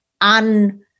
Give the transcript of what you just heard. un